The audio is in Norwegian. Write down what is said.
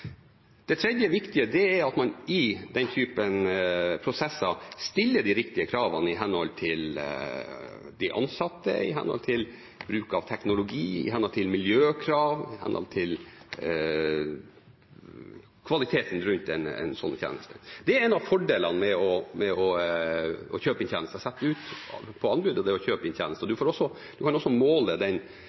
Det tredje viktige er at man i slike prosesser stiller de riktige kravene – i henhold til de ansatte, i henhold til bruk av teknologi, i henhold til miljøkrav, i henhold til kvaliteten på en sånn tjeneste. Det er en av fordelene med sette noe ut på anbud og å kjøpe inn tjenester. Man kan også måle den tjenesten man leverer i egen organisasjon, mot det man får